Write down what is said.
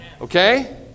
Okay